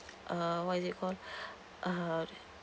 uh what is it called uh